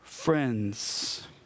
friends